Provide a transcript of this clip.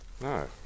No